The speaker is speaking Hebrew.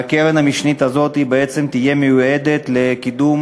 והקרן המשנית הזאת בעצם תהיה מיועדת לקידום